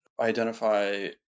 identify